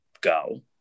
go